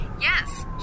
Yes